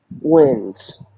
wins